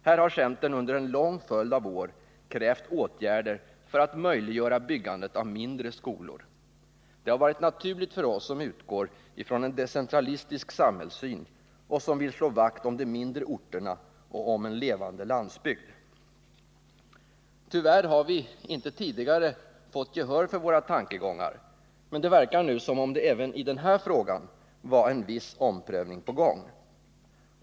Här har centern under en lång följd av år krävt åtgärder för att möjliggöra byggandet av mindre skolor. Det har varit naturligt för oss som utgår från en decentralistisk samhällssyn och som vill slå vakt om de mindre orterna och om en levande landsbygd. Tyvärr har vi inte tidigare fått gehör för våra tankegångar, men det verkar nu som om det även i den här frågan var en viss omprövning på gång.